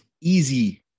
easy